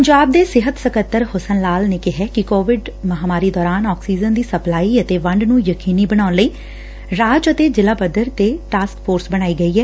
ਪੰਜਾਬ ਦੇ ਸਿਹਤ ਸਕੱਤਰ ਹੁਸਨ ਲਾਲ ਨੇ ਕਿਹੈ ਕਿ ਕੋਵਿਡ ਮਹਾਂਮਾਰੀ ਦੌਰਾਨ ਆਕਸੀਜਨ ਦੀ ਸਪਲਾਈ ਅਤੇ ਵੰਡ ਨੂੰ ਯਕੀਨੀ ਬਣਾਉਣ ਲਈ ਰਾਜ ਅਤੇ ਜ਼ਿਲ੍ਹਾ ਪੱਧਰ ਤੇ ਟਾਸਕ ਫੋਰਸ ਬਣਾਈ ਗਈ ਐ